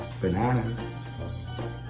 bananas